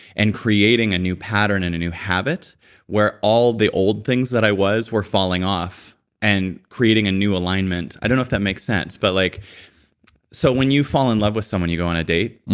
and creating a new pattern and a new habit where all the old things that i was were falling off and creating a new alignment i don't know if that makes sense, but like so when you fall in love with someone, you go on a date,